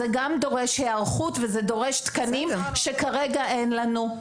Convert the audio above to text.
גם זה דורש היערכות וזה דורש תקנים שכרגע אין לנו.